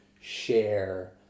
share